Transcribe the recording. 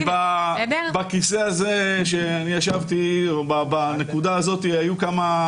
בכיסא הזה שישבתי או בנקודה הזאת היו כמה